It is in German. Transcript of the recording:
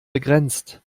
begrenzt